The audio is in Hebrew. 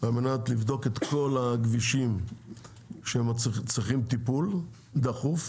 על מנת לבדוק את כל הכבישים שצריכים טיפול דחוף.